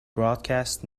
broadcast